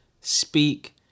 speak